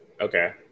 Okay